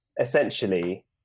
essentially